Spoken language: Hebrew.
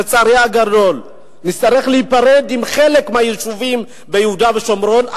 לצערי הגדול נצטרך להיפרד מחלק גדול מהיישובים ביהודה ושומרון.